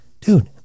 dude